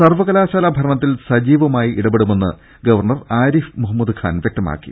സർവ്വകലാശാല ഭരണത്തിൽ സജീവമായി ഇടപെടുമെന്ന് ഗവർണർ ആരിഫ് മുഹ മ്മദ് ഖാൻ വ്യക്തമാക്കി